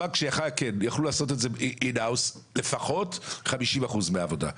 יכלו לעשות לפחות 50 אחוז מהעבודה In house.